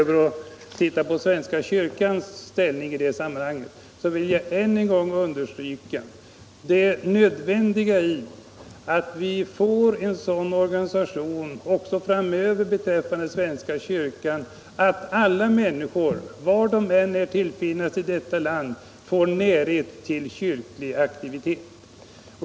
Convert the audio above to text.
Beträffande svenska kyrkans ställning i sammanhanget vill jag än en gång understryka det nödvändiga i att vi också framöver får en sådan organisation för svenska kyrkan att alla människor, var de än befinner sig i vårt land, får närhet till kyrklig aktivitet.